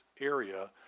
area